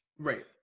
Right